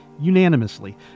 unanimously